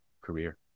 career